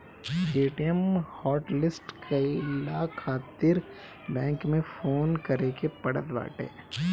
ATM hotlist कईला खातिर bank में फोन करे के पड़त बाटे